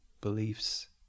beliefs